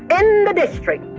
in the district,